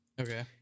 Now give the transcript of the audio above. okay